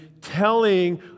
telling